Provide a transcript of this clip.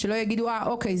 שלא יגידו- אוקיי,